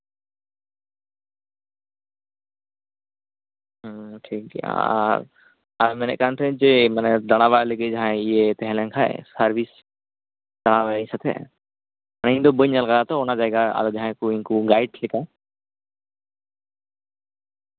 ᱦᱩᱸ ᱴᱷᱤᱠᱜᱮᱭᱟ ᱟᱨ ᱢᱮᱱᱮᱛ ᱛᱟᱦᱮᱸᱱᱟᱹᱧ ᱡᱮ ᱫᱟᱬᱟ ᱵᱟᱲᱟᱭ ᱞᱟᱹᱜᱤᱫ ᱡᱟᱦᱟᱸᱭ ᱤᱭᱟᱹᱭ ᱛᱟᱦᱮᱸᱞᱮᱱᱠᱷᱟᱡ ᱥᱟᱨᱵᱷᱤᱥ ᱫᱟᱬᱟᱭᱟᱭ ᱤᱧ ᱥᱟᱶᱛᱮᱜ ᱤᱧ ᱫᱚ ᱵᱟᱹᱧ ᱧᱮᱞ ᱠᱟᱫᱟ ᱚᱱᱟ ᱡᱟᱭᱜᱟ ᱟᱨᱚ ᱡᱟᱦᱟᱸᱭ ᱜᱟᱭᱤᱰ ᱞᱮᱠᱟ